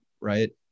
right